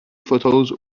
photos